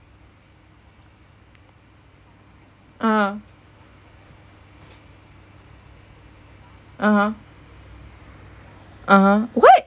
uh (uh huh) (uh huh) what